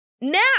Now